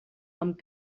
amb